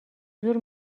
زور